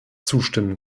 zustimmen